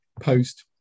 post